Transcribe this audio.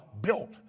built